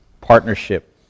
partnership